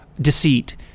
deceit